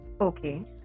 Okay